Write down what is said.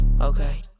okay